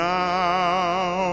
now